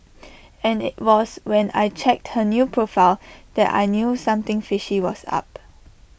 and IT was when I checked her new profile that I knew something fishy was up